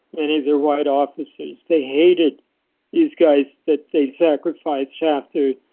many of their white officers. they hated these guys that they sacrificed after.